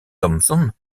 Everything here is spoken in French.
thompson